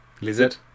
lizard